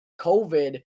COVID